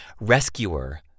Rescuer